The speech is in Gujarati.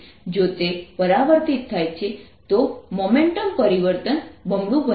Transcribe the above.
જો તે પરાવર્તિત થાય છે તો મોમેન્ટમ પરિવર્તન બમણું બનશે